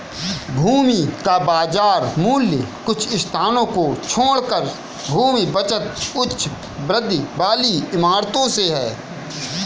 भूमि का बाजार मूल्य कुछ स्थानों को छोड़कर भूमि बचत उच्च वृद्धि वाली इमारतों से है